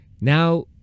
Now